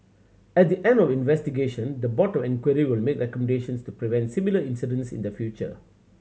at the end of investigation the Board to Inquiry will make recommendations to prevent similar incidents in the future